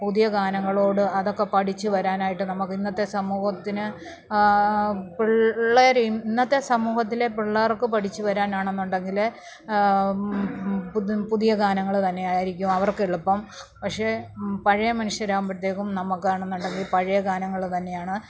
പുതിയ ഗാനങ്ങളോട് അതൊക്കെ പഠിച്ച് വരാനായിട്ട് നമുക്ക് ഇന്നത്തെ സമൂഹത്തിന് പിള്ളേര് ഇന്നത്തെ സമൂഹത്തിലെ പിള്ളേർക്ക് പഠിച്ച് വരാനാണെന്നുണ്ടെങ്കില് പുതിയ ഗാനങ്ങള് തന്നെയായിരിക്കും അവർക്കെളുപ്പം പക്ഷെ പഴയ മനുഷ്യരാകുമ്പഴത്തേക്കും നമുക്കാണെന്നുണ്ടെങ്കിൽ പഴയ ഗാനങ്ങള് തന്നെയാണ്